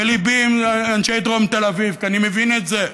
וליבי עם אנשי דרום תל אביב, כי אני מבין את זה,